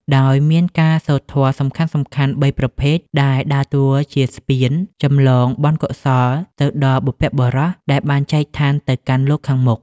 ដោយមានការសូត្រធម៌សំខាន់ៗបីប្រភេទដែលដើរតួជាស្ពានចម្លងបុណ្យកុសលទៅដល់បុព្វបុរសដែលបានចែកឋានទៅកាន់លោកខាងមុខ។